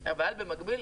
אבל במקביל,